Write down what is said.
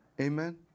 Amen